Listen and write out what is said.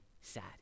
sad